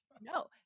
No